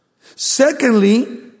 Secondly